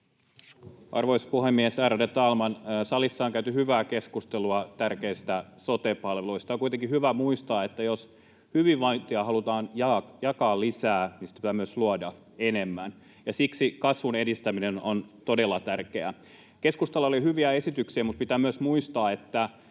Arvoisa puhemies, ärade talman! Salissa on käyty hyvää keskustelua tärkeistä sote-palveluista. On kuitenkin hyvä muistaa, että jos hyvinvointia halutaan jakaa lisää, niin sitä pitää myös luoda enemmän, ja siksi kasvun edistäminen on todella tärkeää. Keskustalla oli hyviä esityksiä, mutta pitää myös muistaa, että